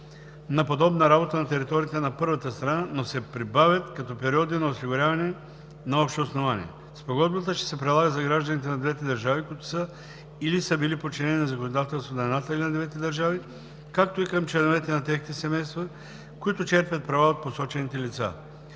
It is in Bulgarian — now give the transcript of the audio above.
на подобна работа на територията на първата страна, но се прибавят като периоди на осигуряване на общо основание. Спогодбата ще се прилага за гражданите на двете държави, които са или са били подчинени на законодателството на едната или и на двете държави, както и към членовете на техните семейства, които черпят права от посочените лица.